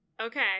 okay